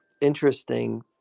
interesting